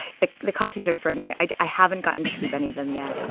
the the costumes are extraordinary. i haven't gotten to keep any of them yet.